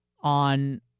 on